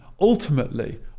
ultimately